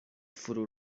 فرو